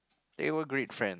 we were great friend